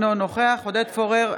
אינו נוכח עודד פורר,